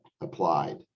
applied